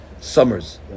Summers